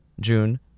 June